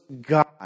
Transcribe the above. God